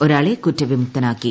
ഒരാളെ കുറ്റവിമുക്തനാക്കി